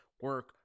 Work